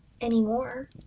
anymore